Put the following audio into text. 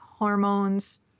Hormones